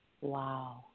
Wow